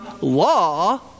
law